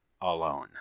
alone